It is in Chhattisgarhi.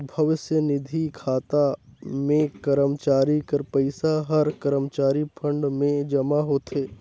भविस्य निधि खाता में करमचारी कर पइसा हर करमचारी फंड में जमा होथे